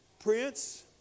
Prince